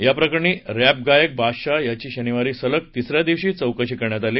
याप्रकरणी रत्तशायक बादशाह याची शनिवारी सलग तिसऱ्या दिवशी चौकशी करण्यात आली